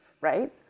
right